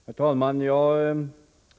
Herr talman!